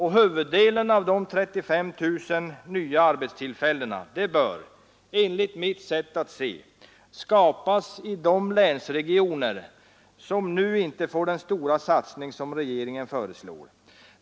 Huvuddelen av dessa 35 000 nya arbetstillfällen bör, enligt mitt sätt att se, skapas i de länsregioner som nu inte får den stora satsning som regeringen föreslår.